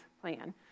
plan